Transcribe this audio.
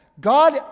God